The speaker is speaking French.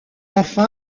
enfin